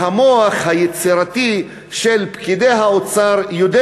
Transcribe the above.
והמוח היצירתי של פקידי האוצר יודע